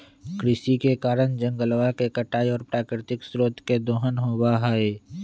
कृषि के कारण जंगलवा के कटाई और प्राकृतिक स्रोत के दोहन होबा हई